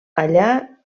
allà